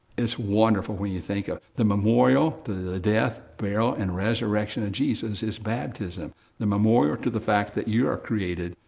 it's wonderful when you think of the memorial, the death, burial and resurrection of jesus is baptism the memorial to the fact that you are created,